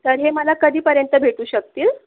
तर हे मला कधीपर्यंत भेटू शकतील